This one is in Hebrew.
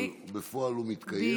אבל בפועל הוא מתקיים,